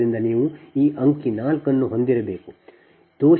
ಆದ್ದರಿಂದ ನೀವು ಈ ಅಂಕಿ 4 ಅನ್ನು ಹೊಂದಿರಬೇಕು